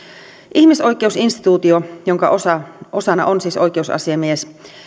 ihmisoikeusinstituutio jonka osana on siis oikeusasiamies